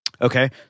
Okay